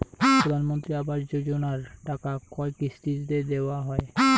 প্রধানমন্ত্রী আবাস যোজনার টাকা কয় কিস্তিতে দেওয়া হয়?